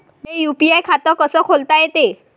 मले यू.पी.आय खातं कस खोलता येते?